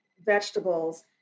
vegetables